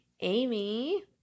Amy